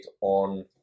on